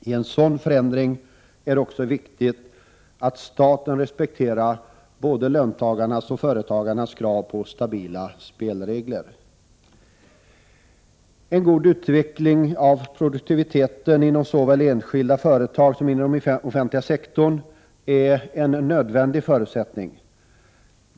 I en sådan förändring är det också viktigt att staten respekterar både löntagarnas och företagarnas krav på stabila spelregler. En god utveckling av produktiviteten inom såväl enskilda företag som inom den offentliga sektorn är en nödvändig förutsättning.